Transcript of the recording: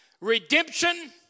Redemption